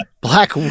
black